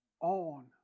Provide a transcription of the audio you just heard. on